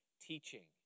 teaching